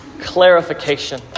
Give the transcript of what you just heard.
clarification